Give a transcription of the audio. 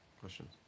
Questions